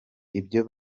ibyo